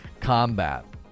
combat